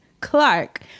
Clark